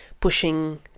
pushing